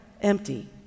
empty